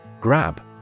Grab